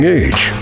age